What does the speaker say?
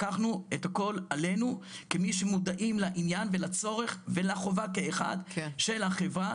לקחנו את הכל אלינו כמי שמודעים לעניין ולצורך ולחובה כאחד של החברה,